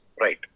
Right